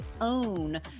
own